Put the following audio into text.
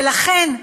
ולכן,